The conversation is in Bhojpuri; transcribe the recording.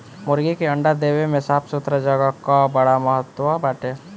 मुर्गी के अंडा देले में साफ़ सुथरा जगह कअ बड़ा महत्व बाटे